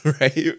right